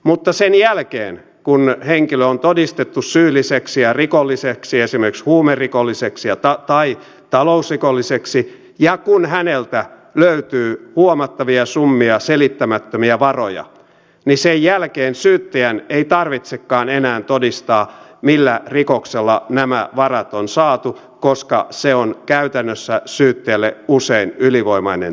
mutta sen jälkeen kun henkilö on todistettu syylliseksi ja rikolliseksi esimerkiksi huumerikolliseksi tai talousrikolliseksi ja kun häneltä löytyy huomattavia summia selittämättömiä varoja syyttäjän ei tarvitsekaan enää todistaa millä rikoksella nämä varat on saatu koska se on käytännössä syyttäjälle usein ylivoimainen tehtävä